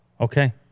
Okay